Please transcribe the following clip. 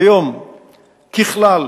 כיום, ככלל,